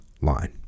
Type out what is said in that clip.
line